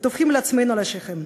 וטופחים לעצמנו על השכם.